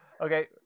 Okay